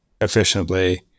efficiently